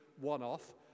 one-off